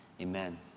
Amen